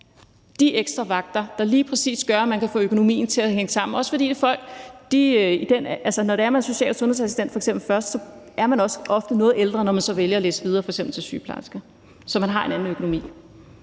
de ekstra vagter, der lige præcis gør, at man kan få økonomien til at hænge sammen. Det er også, fordi de folk, der først er social- og sundhedsassistenter, ofte er noget ældre, når de vælger at læse videre til f.eks. sygeplejerske. Så man har en anden økonomi.